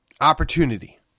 opportunity